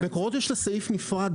למקורות יש סעיף נפרד,